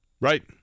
Right